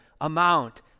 amount